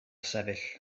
sefyll